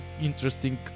interesting